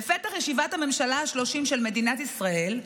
בפתח ישיבת הממשלה השלושים של מדינת ישראל,